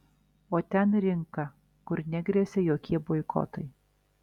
o ten rinka kur negresia jokie boikotai